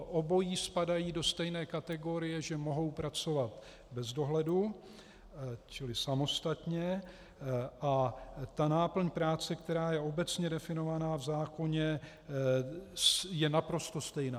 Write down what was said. Obojí spadají do stejné kategorie, že mohou pracovat bez dohledu, čili samostatně, a náplň práce, která je obecně definovaná v zákoně, je naprosto stejná.